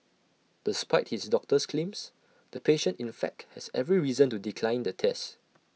despite his doctor's claims the patient in fact has every reason to decline the test